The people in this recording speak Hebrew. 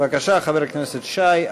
בבקשה, חבר הכנסת שי.